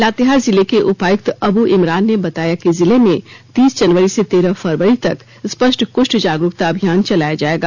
लातेहार जिले के उपायुक्त अब्बू इमरान ने बताया कि जिले में तीस जनवरी से तेरह फरवरी तक स्पष्ट कृष्ट जागरूकता अभियान चलाया जाएगा